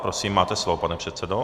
Prosím, máte slovo, pane předsedo.